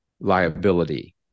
liability